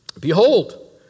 Behold